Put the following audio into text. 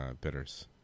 bitters